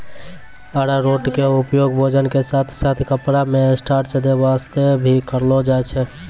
अरारोट के उपयोग भोजन के साथॅ साथॅ कपड़ा मॅ स्टार्च दै वास्तॅ भी करलो जाय छै